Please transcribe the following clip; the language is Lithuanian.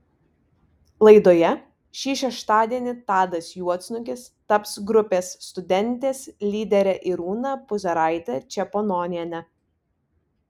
laidoje šį šeštadienį tadas juodsnukis taps grupės studentės lydere irūna puzaraite čepononiene